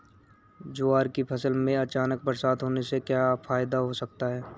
ज्वार की फसल में अचानक बरसात होने से क्या फायदा हो सकता है?